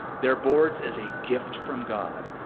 their boards as a gift from god,